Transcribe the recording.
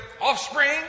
offspring